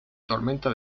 tormenta